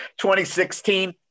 2016